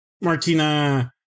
Martina